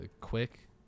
Quick